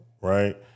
right